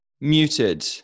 muted